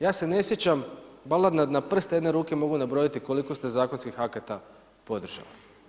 Ja se ne sjećam, valjda na prste jedne ruke mogu nabrojati koliko ste zakonskih akata podržali.